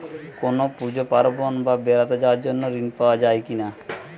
কোনো পুজো পার্বণ বা বেড়াতে যাওয়ার জন্য ঋণ পাওয়া যায় কিনা?